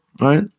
right